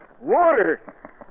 Water